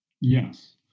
Yes